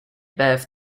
birth